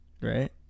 right